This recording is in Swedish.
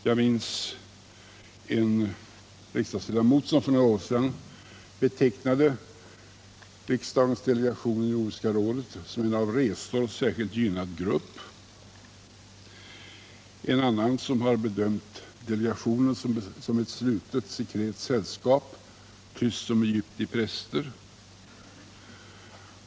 Jag minns en riksdagsledamot som för några år sedan betecknade riksdagens delegation i Nordiska rådet som en genom resor särskilt gynnad grupp. En annan bedömde delegationen som ett slutet sekret sällskap, tyst som Aegypti präster.